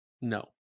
no